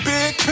Big